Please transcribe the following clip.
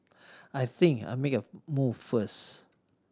I think I'm make a move first